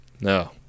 No